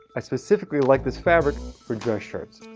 i specifically like this fabric for dress shirts.